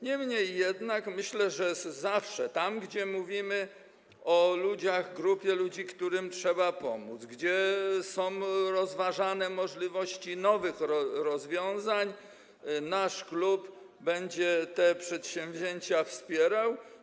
Niemniej jednak myślę, że zawsze tam, gdzie mówimy o ludziach, grupie ludzi, którym trzeba pomóc, gdzie są rozważane możliwości nowych rozwiązań, nasz klub będzie te przedsięwzięcia wpierał.